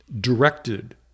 directed